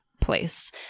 place